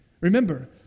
Remember